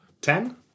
Ten